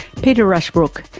peter rushbrook,